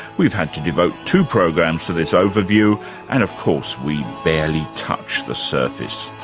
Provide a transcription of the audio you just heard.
we've had to devote two programs to this overview and, of course, we barely touch the surface.